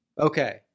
Okay